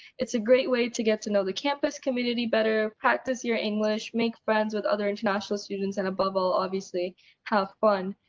it's a great way to get to know the campus community better, practice your english, make friends with other international students, and above all, have fun!